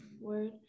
word